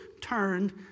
turned